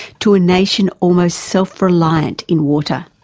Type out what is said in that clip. to a nation almost self-reliant in water.